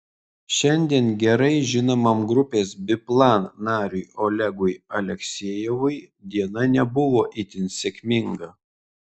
šiandien gerai žinomam grupės biplan nariui olegui aleksejevui diena nebuvo itin sėkminga